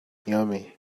yummy